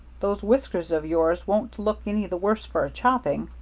those whiskers of yours won't look any the worse for a chopping.